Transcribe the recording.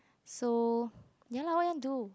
so ya lah what you want do